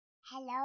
Hello